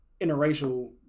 interracial